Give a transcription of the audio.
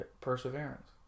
Perseverance